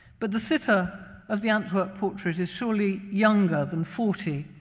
but the sitter of the antwerp portrait is surely younger than forty,